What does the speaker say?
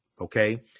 okay